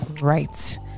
right